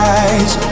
eyes